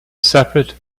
separate